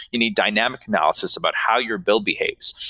you need dynamic analysis about how your build behaves.